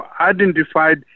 identified